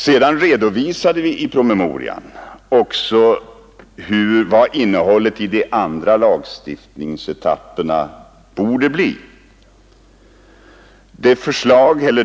Sedan redovisade vi i decemberpromemorian också hur innehållet i de andra lagstiftningsetapperna borde bli.